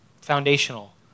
foundational